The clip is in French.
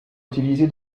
utilisé